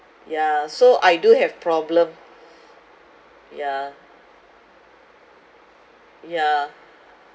yeah so I do have problem yeah yeah